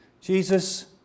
Jesus